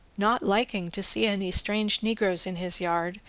not liking to see any strange negroes in his yard,